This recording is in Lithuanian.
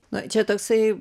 na čia toksai